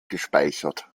gespeichert